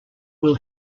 will